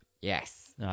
Yes